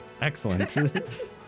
Excellent